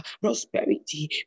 prosperity